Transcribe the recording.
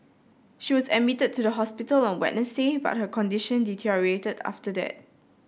she was admitted to the hospital on Wednesday but her condition deteriorated after that